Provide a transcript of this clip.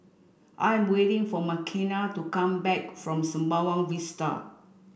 I am waiting for Makenna to come back from Sembawang Vista